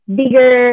bigger